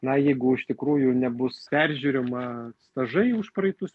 na jeigu iš tikrųjų nebus peržiūrima stažai už praeitus